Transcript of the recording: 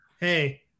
hey